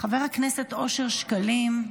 חבר הכנסת אושר שקלים,